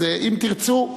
אז אם תרצו,